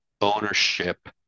ownership